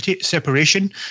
separation